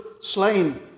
slain